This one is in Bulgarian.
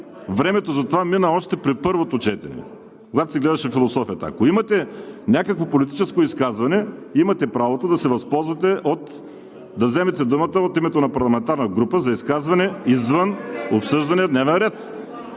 времето за това мина още при първото четене, когато се гледаше философията. Ако имате някакво политическо изказване, имате правото да се възползвате, да вземете думата от името на парламентарна група за изказване извън обсъждания дневен ред.